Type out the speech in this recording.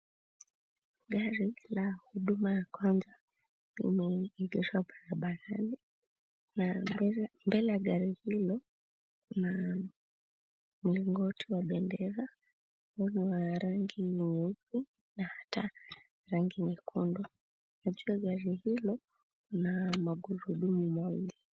Gari la huduma ya kwanza limeegeshwa barabarani na mbele ya gari hilo kuna mlingoti wa bendera, una rangi nyeusi na hata nyekundu. Gari hilo lina magurudumu mawili